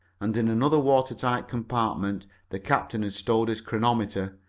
and in another water-tight compartment the captain had stowed his chronometer,